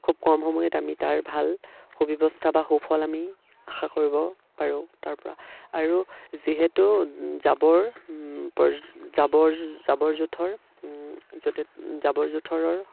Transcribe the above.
খুব কম সময়ত আমি তাৰ ভাল সুব্যৱস্থা বা সুফল আমি আশা কৰিব পাৰোঁ তাৰপৰা আৰু যিহেতু জাৱৰ জোঁথৰ য'তে জাবৰ জোঁথৰৰ